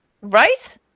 right